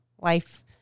life